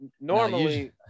normally